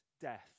death